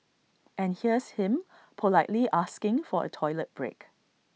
and here's him politely asking for A toilet break